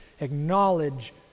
acknowledge